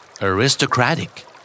Aristocratic